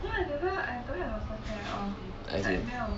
as in